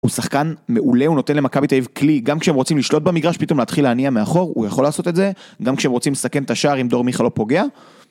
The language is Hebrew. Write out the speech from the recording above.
הוא שחקן מעולה, הוא נותן למכבי תל אביב כלי, גם כשהם רוצים לשלוט במגרש, פתאום להתחיל להניע מאחור, הוא יכול לעשות את זה. גם כשהם רוצים לסכן את השער, אם דור מיכה לא פוגע.